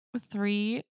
Three